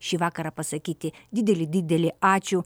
šį vakarą pasakyti didelį didelį ačiū